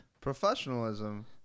Professionalism